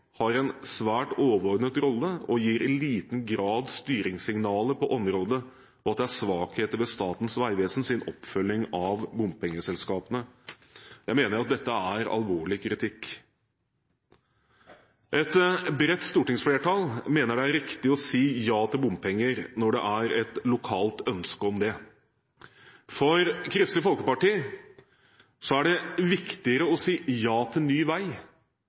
har en svært overordnet rolle og i liten grad gir styringssignaler på området, og at det er svakheter ved Statens vegvesens oppfølging av bompengeselskapene. Jeg mener at dette er alvorlig kritikk. Et bredt stortingsflertall mener at det er riktig å si ja til bompenger når det er et lokalt ønske om det. For Kristelig Folkeparti er det viktigere å si ja til ny vei